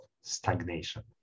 stagnation